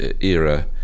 era